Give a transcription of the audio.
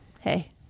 Hey